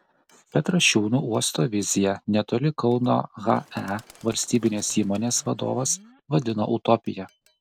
petrašiūnų uosto viziją netoli kauno he valstybinės įmonės vadovas vadino utopija